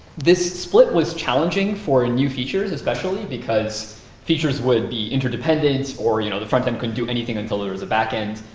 this split was challenging for new features, especially, because features would be interdependent or you know frontend couldn't do anything until there was a backend.